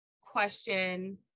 question